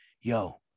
yo